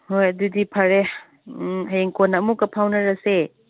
ꯍꯣꯏ ꯑꯗꯨꯗꯤ ꯐꯔꯦ ꯍꯌꯦꯡ ꯀꯣꯟꯅ ꯑꯃꯨꯛꯀ ꯐꯥꯎꯅꯔꯁꯦ